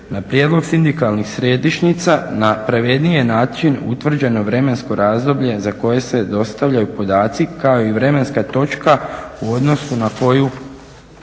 Na prijedlog sindikalnih središnjica na pravedniji je način utvrđeno vremensko razdoblje za koje se dostavljaju podaci kao i vremenska točka u odnosu na koju